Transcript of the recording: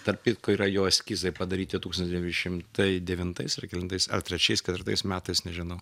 tarpkitko yra jo eskizai padaryti tūkstantis devyni šimtai devintais ar kelintais ar trečiais ketvirtais metais nežinau